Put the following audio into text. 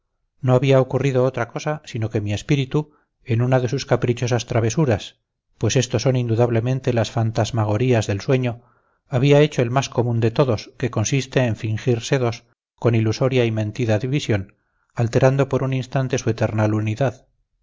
no había ocurrido otra cosa sino que mi espíritu en una de sus caprichosas travesuras pues esto son indudablemente las fantasmagorías del sueño había hecho el más común de todos que consiste en fingirse dos con ilusoria y mentida división alterando por un instante su eternal unidad